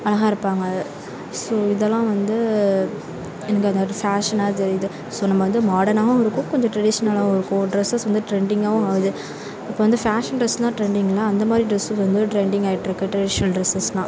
அழகாக இருப்பாங்க அ ஸோ இதெல்லாம் வந்து எனக்கு அது ஃபேஷனாக தெரியுது ஸோ நம்ம வந்து மார்டனாகவும் இருக்கும் கொஞ்சம் டிரெடிஷ்னலாகவும் இருக்கும் டிரெஸஸ் வந்து டிரெண்டிங்காகவும் ஆகுது இப்போ வந்து ஃபேஷன் டிரெஸ்தான் டிரெண்டிங் இல்லை அந்தமாதிரி டிரெஸ்ஸும் வந்து டிரெண்டிங் ஆயிட்ருக்கு டிரெடிஷ்னல் டிரெஸஸ்ன்னா